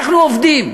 אנחנו עובדים,